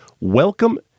Welcome